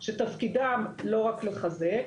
שתפקידם לא רק לחזק,